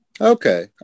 Okay